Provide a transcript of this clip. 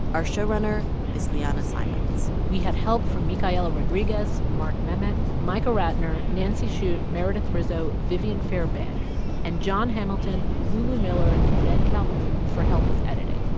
our showrunner is liana simons we had help from michael rodriguez mark memmott, michael ratner, nancy shute, meredith rizzo, viviane fairbank and jon hamilton, lulu miller and ben calhoun for help with editing.